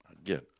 Again